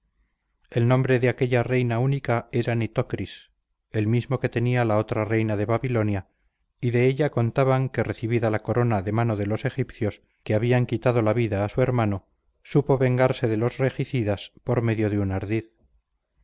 el nombre de aquella reina única era nitocris el mismo que tenía la otra reina de babilonia y de ella contaban que recibida la corona de mano de los egipcios que habían quitado la vida a su hermano supo vengarse de los regicidas por medio de un ardid